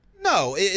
No